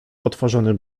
otworzony